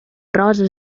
rosa